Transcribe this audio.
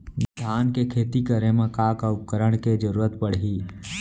धान के खेती करे मा का का उपकरण के जरूरत पड़हि?